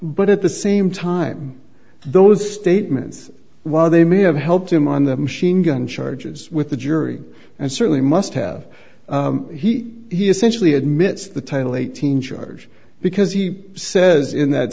but at the same time those statements while they may have helped him on the machine gun charges with the jury and certainly must have he he essentially admits the title eighteen charge because he says in that